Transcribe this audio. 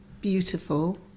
beautiful